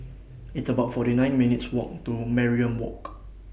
It's about forty nine minutes' Walk to Mariam Walk